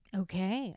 okay